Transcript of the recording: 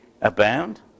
abound